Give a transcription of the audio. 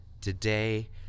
Today